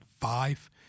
five